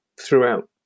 throughout